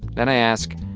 then i ask,